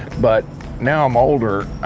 but now i'm older,